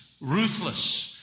ruthless